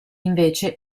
invece